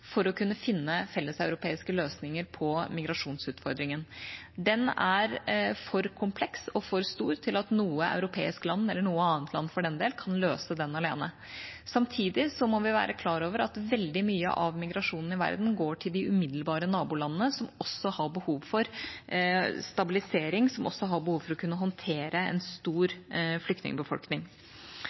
for å kunne finne felleseuropeiske løsninger på migrasjonsutfordringen. Den er for kompleks og for stor til at noe europeisk land – eller noe annet land, for den del – kan løse den alene. Samtidig må vi være klar over at veldig mye av migrasjonen i verden går til de umiddelbare nabolandene, som også har behov for stabilisering, og som også har behov for å kunne håndtere en stor